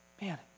Man